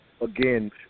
again